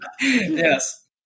Yes